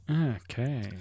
Okay